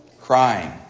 crying